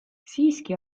siiski